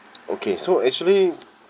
okay so actually